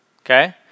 okay